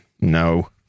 no